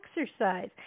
exercise